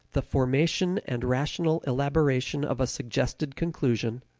the formation and rational elaboration of a suggested conclusion,